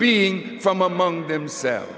being from among themselves